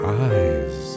eyes